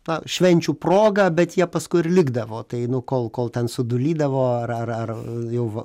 na švenčių proga bet jie paskui ir likdavo tai nu kol kol ten sudūlydavo ar ar ar jau